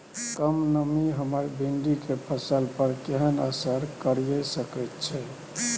कम नमी हमर भिंडी के फसल पर केहन असर करिये सकेत छै?